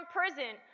prison